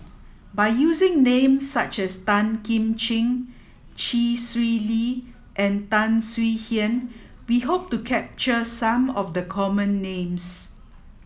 by using names such as Tan Kim Ching Chee Swee Lee and Tan Swie Hian we hope to capture some of the common names